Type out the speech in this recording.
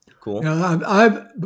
Cool